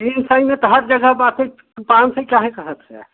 तीन सै में त हर जगह बाटई पान सै काहें कहत हया